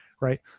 Right